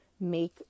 make